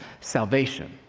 salvation